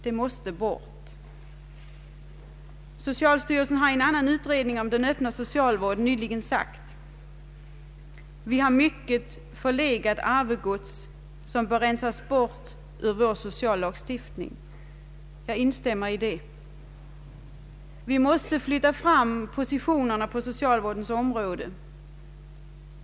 Det måste bort. Social styrelsen har i en annan utredning om den öppna socialvården nyligen anfört att vi har mycket förlegat arvegods som bör rensas bort ur vår sociallagstiftning. Jag instämmer i detta. Vi måste flytta fram positionerna på socialvårdens område.